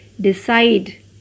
decide